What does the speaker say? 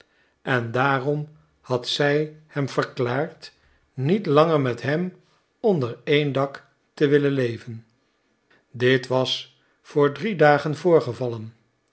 en daarom had zij hem verklaard niet langer met hem onder één dak te willen leven dit was voor drie dagen voorgevallen